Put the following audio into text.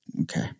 okay